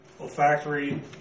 Olfactory